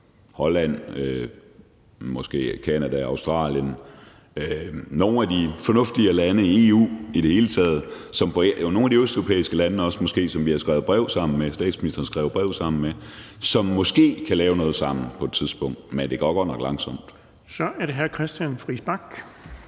Holland, måske Canada og Australien, i det hele taget nogle af de fornuftigere lande i EU og måske nogle af de østeuropæiske lande, som statsministeren har skrevet brev sammen med, som måske kan lave noget sammen på et tidspunkt, men det går godt nok langsomt. Kl. 19:08 Den fg.